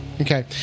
Okay